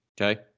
Okay